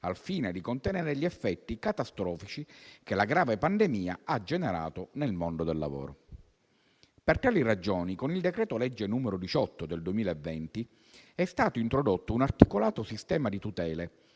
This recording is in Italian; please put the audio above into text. al fine di contenere gli effetti catastrofici che la grave pandemia ha generato nel mondo del lavoro. Per tali ragioni, con il decreto-legge n. 18 del 2020 è stato introdotto un articolato sistema di tutele,